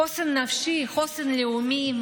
חוסן נפשי, חוסן לאומי.